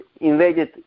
invaded